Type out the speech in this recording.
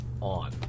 On